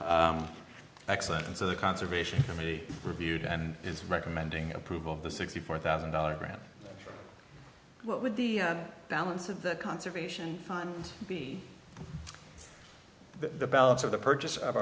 accident and so the conservation committee reviewed and is recommending approval of the sixty four thousand dollars grant what would the balance of the conservation time be the balance of the purchase of